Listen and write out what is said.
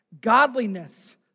godliness